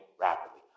rapidly